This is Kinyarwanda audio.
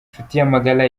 nshutiyamagara